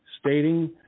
stating